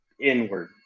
inward